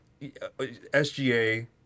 SGA